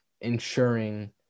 ensuring